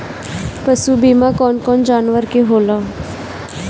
पशु बीमा कौन कौन जानवर के होला?